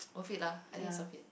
worth it lah I think it's worth it